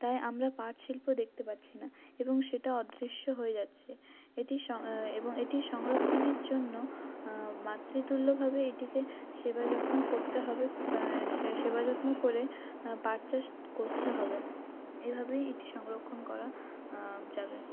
তাই আমরা পাটশিল্প দেখতে পাচ্ছি না এবং সেটা অদৃশ্য হয়ে যাচ্ছে এটি সং এবং এটি সংরক্ষণের জন্য মাতৃতুল্যভবে এটিকে সেবা যত্ন করতে হবে সেবা যত্ন করে পাটচাষ করতে হবে এভাবেই এটি সংরক্ষণ করা যাবে